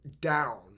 down